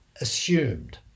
assumed